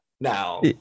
now